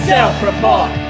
Self-report